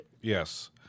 Yes